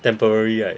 temporary right